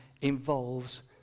involves